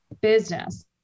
business